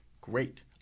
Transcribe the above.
great